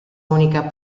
unica